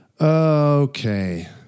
Okay